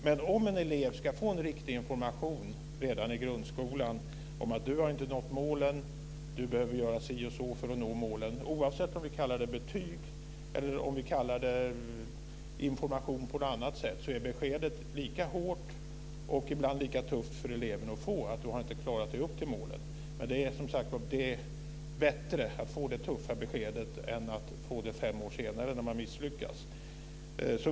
Men säg att en elev får riktig information redan i grundskolan - du har inte nått målen, du behöver göra si och så för att nå målen. Oavsett om vi kallar det betyg eller om vi kallar det information på något annat sätt är beskedet lika hårt och tufft för eleven att få: Du har inte klarat dig upp till målen. Men som sagt: Det är bättre att få det tuffa beskedet då än att få det fem år senare när man misslyckas.